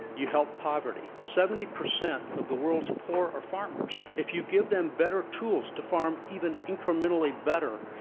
you help poverty. seventy percent of the world's poor are farmers. if you give them better tools to farm even incrementally better,